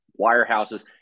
wirehouses